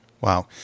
Wow